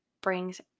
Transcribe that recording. brings